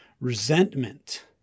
resentment